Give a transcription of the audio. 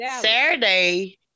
Saturday